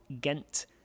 Ghent